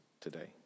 today